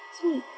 so